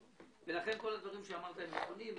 הדברים שאמרת הם נכונים.